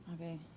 Okay